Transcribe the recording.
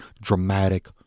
dramatic